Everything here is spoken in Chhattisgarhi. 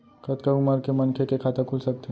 कतका उमर के मनखे के खाता खुल सकथे?